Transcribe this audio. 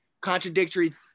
Contradictory